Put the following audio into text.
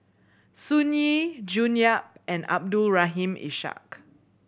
Sun Yee June Yap and Abdul Rahim Ishak